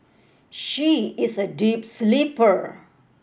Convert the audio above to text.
she is a deep sleeper